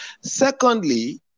Secondly